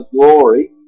glory